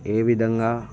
ఏ విధంగా